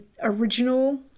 original